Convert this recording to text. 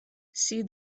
see